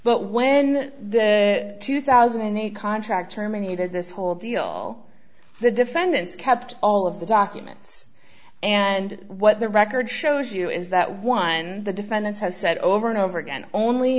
but when the two thousand and eight contract terminated this whole deal the defendants kept all of the documents and what the record shows you is that one the defendants have said over and over again only